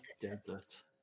desert